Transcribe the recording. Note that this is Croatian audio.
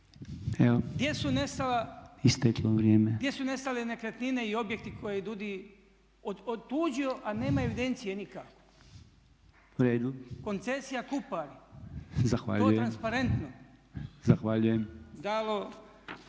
Gdje su nestale nekretnine i objekti koje je DUDI otuđio a nemaju evidencije nikako. Koncesija Kupar. …/Upadica Podolnjak: